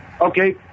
Okay